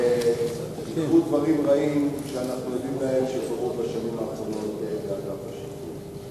יקרו דברים רעים שאנחנו עדים לכך שהם קרו בשנים האחרונות לאגף השיקום.